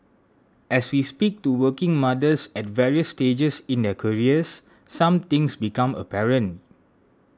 as we speak to working mothers at various stages in their careers some things become apparent